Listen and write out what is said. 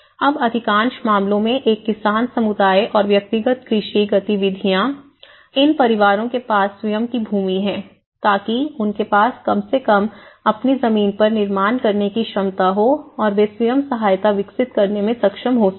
अब अधिकांश मामलों में एक किसान समुदाय और व्यक्तिगत कृषि गतिविधियाँ इन परिवारों के पास स्वयं की भूमि है ताकि उनके पास कम से कम अपनी जमीन पर निर्माण करने की क्षमता हो और वे स्वयं सहायता विकसित करने में सक्षम हो सकें